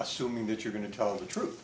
assuming that you're going to tell the truth